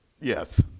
Yes